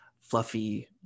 fluffy